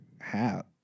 hat